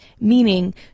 meaning